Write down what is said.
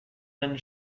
lynn